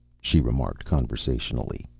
she remarked conversationally.